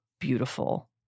beautiful